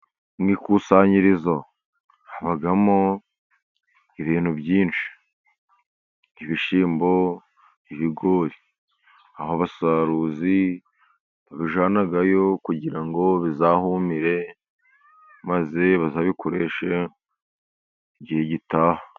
Mu ikusanyirizo habamo ibintu byinshi, ibishyimbo, ibigori, aho abasaruzi babijyanayo kugira ngo bizahumire, maze bazabikoreshe igihe gitaha.